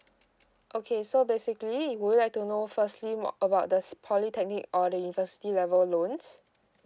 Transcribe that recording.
okay so basically would you like to know firstly more about the polytechnic or the university level loans